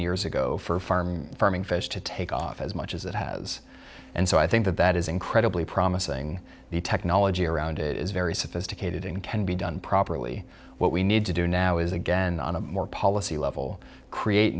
years ago for farm farming fish to take off as much as it has and so i think that that is incredibly promising the technology around it is very sophisticated and can be done properly what we need to do now is again on a more policy level create